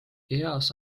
eas